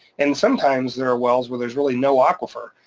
and sometimes there are wells where there's really no aquifer.